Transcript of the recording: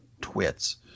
twits